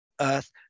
earth